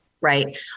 right